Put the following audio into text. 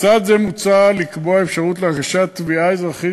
לצד זה מוצע לקבוע אפשרות להגשת תביעה אזרחית